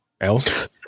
else